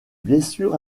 blessures